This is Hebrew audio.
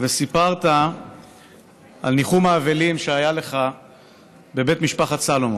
וסיפרת על ניחום האבלים שהיה לך בבית משפחת סלומון.